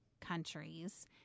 countries